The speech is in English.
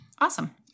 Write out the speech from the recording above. Awesome